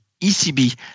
ecb